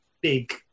big